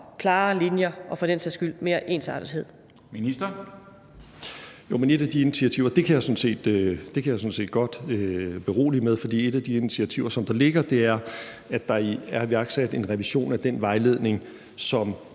Ministeren. Kl. 13:07 Justitsministeren (Nick Hækkerup): Jo, men et af de initiativer kan jeg sådan set godt berolige med. For et af de initiativer, som der ligger, er, at der er iværksat en revision af den vejledning, som